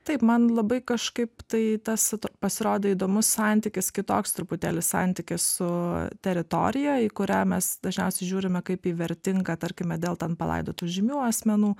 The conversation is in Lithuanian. taip man labai kažkaip tai tas pasirodė įdomus santykis kitoks truputėlį santykis su teritorija į kurią mes dažniausiai žiūrime kaip į vertingą tarkime dėl ten palaidotų žymių asmenų